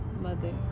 mother